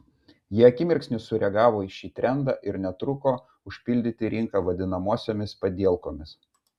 jie akimirksniu sureagavo į šį trendą ir netruko užpildyti rinką vadinamosiomis padielkomis